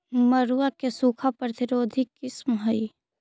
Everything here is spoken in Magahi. मड़ुआ के सूखा प्रतिरोधी किस्म हई?